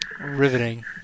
Riveting